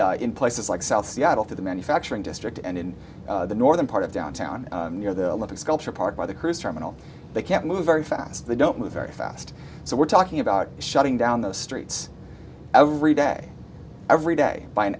in places like south seattle to the manufacturing district and in the northern part of downtown near the olympic sculpture park by the cruise terminal they can't move very fast they don't move very fast so we're talking about shutting down the streets every day every day by an